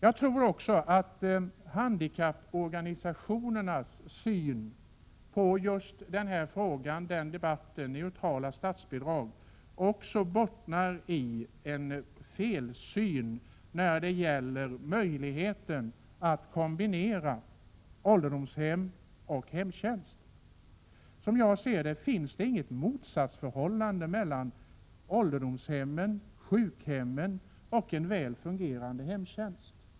Jag tror också att handikapporganisationernas syn på den här frågan — det handlar om neutrala statsbidrag — bottnar i en felsyn beträffande möjligheterna att kombinera ålderdomshem och hemtjänst. Som jag ser det finns det inget motsatsförhållande mellan ålderdomshemmen, sjukhemmen och en väl fungerande hemtjänst.